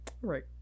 Right